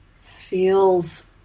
feels